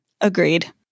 Agreed